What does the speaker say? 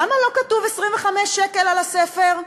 למה לא כתוב 25 שקל על הספר?